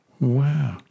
Wow